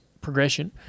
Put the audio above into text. progression